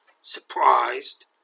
Surprised